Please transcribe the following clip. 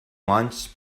launched